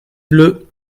bleu